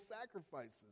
sacrifices